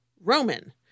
Roman